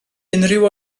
unrhyw